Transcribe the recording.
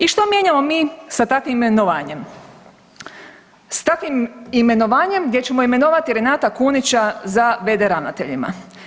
I što mijenjamo mi sa takvim imenovanjem, s takvim imenovanjem gdje ćemo imenovati Renata Kunića za v.d. ravnatelja?